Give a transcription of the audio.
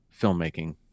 filmmaking